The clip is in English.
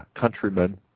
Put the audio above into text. countrymen